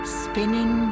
spinning